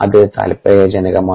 അത് താല്പര്യജനകമാണ്